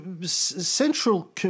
central